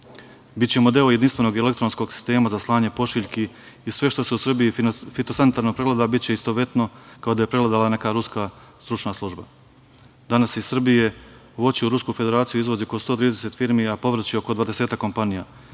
deo jedinstvenog elektronskog sistema za slanje pošiljki i sve što se u Srbiji fitosanitarno pregleda, biće istovetno kao da je pregledala neka ruska stručna služba. Danas iz Srbije voće u Rusku Federaciju izvozi oko 130 firmi, a povrće oko dvadesetak kompanija